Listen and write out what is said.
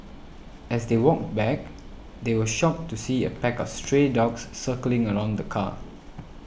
as they walked back they were shocked to see a pack of stray dogs circling around the car